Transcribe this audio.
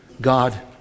God